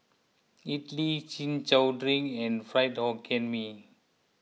Idly Chin Chow Drink and Fried Hokkien Mee